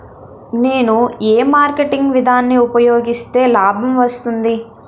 నేను ఏ మార్కెటింగ్ విధానం ఉపయోగిస్తే లాభం వస్తుంది?